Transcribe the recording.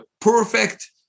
perfect